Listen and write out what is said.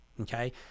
Okay